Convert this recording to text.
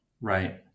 Right